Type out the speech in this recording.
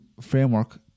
framework